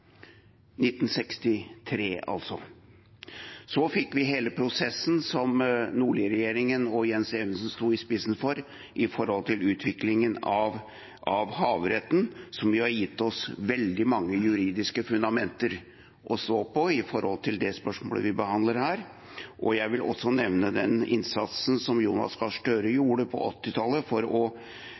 Så fikk vi hele prosessen som Nordli-regjeringen og Jens Evensen sto i spissen for i utviklingen av havretten, som har gitt oss veldig mange juridiske fundamenter å stå på med hensyn til spørsmålet vi behandler her. Jeg vil også nevne den innsatsen som Jonas Gahr Støre gjorde på 1980-tallet for